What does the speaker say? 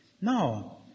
No